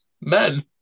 men